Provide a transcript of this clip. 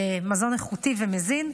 מזון איכותי ומזין,